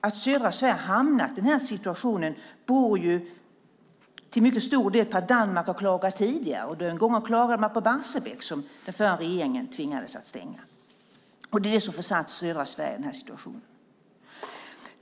Att södra Sverige har hamnat i den här situationen beror till mycket stor del på att Danmark tidigare klagat. Den gången klagade man på Barsebäck som den förra regeringen tvingades stänga. Det är alltså detta som försatt södra Sverige i nuvarande situation.